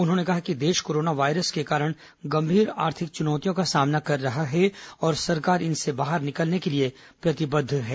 उन्होंने कहा कि देश कोरोना वायरस के कारण गंभीर आर्थिक चुनौतियों का सामना कर रहा है और सरकार इन से बाहर निकलने के लिए प्रतिबद्ध है